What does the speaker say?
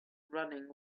running